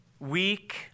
weak